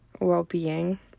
well-being